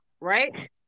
right